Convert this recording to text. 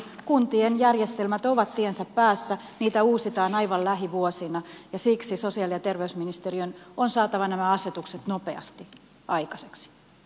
kuntien järjestelmät ovat tiensä päässä niitä uusitaan aivan lähivuosina ja siksi sosiaali ja terveysministeriön on saatava nämä asetukset nopeasti aikaiseksi